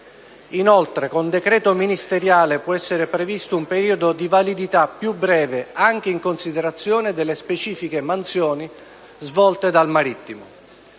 Inoltre, con decreto ministeriale può essere previsto un periodo di validità più breve anche in considerazione delle specifiche mansioni svolte dal marittimo.